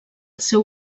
seu